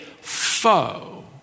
foe